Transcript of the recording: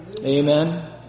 Amen